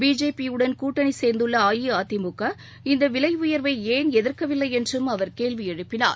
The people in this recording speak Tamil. பிஜேபியுடன் கூட்டணி சேர்ந்துள்ள அஇஅதிமுக இந்த விலை உயர்வை ஏன் எதிர்க்கவில்லை என்றும் அவர் கேள்வி எழுப்பினார்